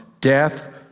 death